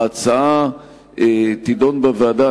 ההצעה תידון בוועדה.